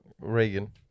Reagan